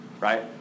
right